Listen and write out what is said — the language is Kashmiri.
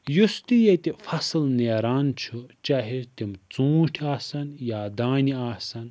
یُس تہِ ییٚتہِ فَصل نیران چھُ چاہے تِم ژوٗنٛٹھۍ آسن یا دانہِ آسن